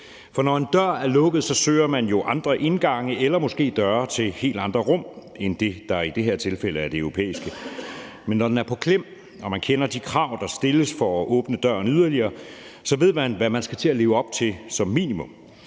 For når en dør er lukket, søger man jo andre indgange eller måske døre til helt andre rum end det, der i det her tilfælde er det europæiske. Men når den er på klem og man kender de krav, der stilles for at åbne døren yderligere, så ved man, hvad man skal til at leve op til som minimum.